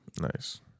Nice